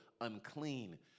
unclean